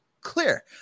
clear